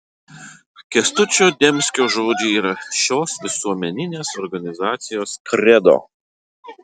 kęstučio demskio žodžiai yra šios visuomeninės organizacijos kredo